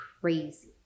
crazy